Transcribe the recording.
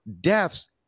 deaths